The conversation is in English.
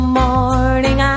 morning